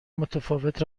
متفاوت